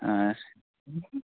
اَچھا